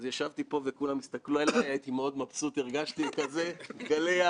אני חושב שכולנו יכולים להיות גאים,